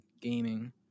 gaming